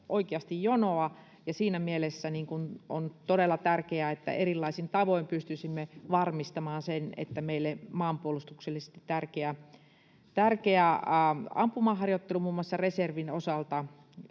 oikeasti jonoa. Ja siinä mielessä on todella tärkeää, että erilaisin tavoin pystyisimme varmistamaan sen, että meille maanpuolustuksellisesti tärkeä ampumaharjoittelu muun muassa reservin osalta